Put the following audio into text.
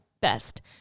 best